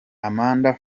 amanda